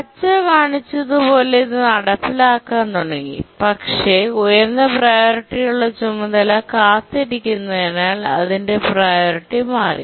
പച്ച കാണിച്ചതുപോലെ ഇത് നടപ്പിലാക്കാൻ തുടങ്ങി പക്ഷേ ഉയർന്ന പ്രിയോറിറ്റിയുള്ള ചുമതല കാത്തിരിക്കുന്നതിനാൽ അതിന്റെ പ്രിയോറിറ്റി മാറി